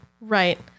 right